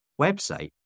website